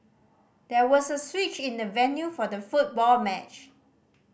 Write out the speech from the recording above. there was a switch in the venue for the football match